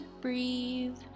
breathe